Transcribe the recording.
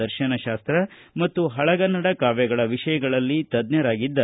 ದರ್ಶನಶಾಸ್ತ ಮತ್ತು ಹಳೆಗನ್ನಡ ಕಾಮ್ದಗಳ ವಿಷಯಗಳಲ್ಲಿ ತಜ್ಞರಾಗಿದ್ದ